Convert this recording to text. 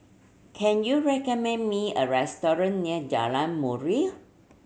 can you recommend me a restaurant near Jalan Murai